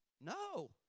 No